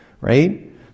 right